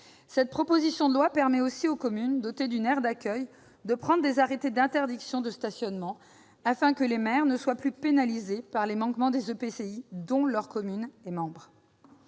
Cette proposition de loi permet aussi aux communes dotées d'une aire d'accueil de prendre des arrêtés d'interdiction de stationnement, afin que les maires ne soient plus pénalisés par les manquements des EPCI, dont leur commune est membre.